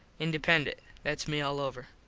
independent. thats me all over.